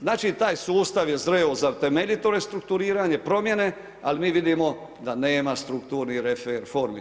Znači taj sustav je zreo za temeljito restrukturiranje, promjene, ali mi vidimo da nema strukturnih reformi.